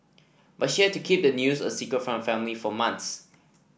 but she had to keep the news a secret from her family for months